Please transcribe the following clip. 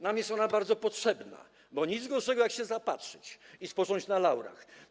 Nam jest ona bardzo potrzebna, bo nie ma nic gorszego, jak się zapatrzyć i spocząć na laurach.